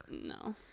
No